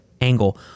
angle